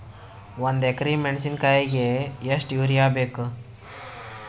ಒಂದ್ ಎಕರಿ ಮೆಣಸಿಕಾಯಿಗಿ ಎಷ್ಟ ಯೂರಿಯಬೇಕು?